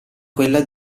quella